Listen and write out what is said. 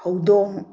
ꯍꯧꯗꯣꯡ